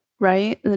right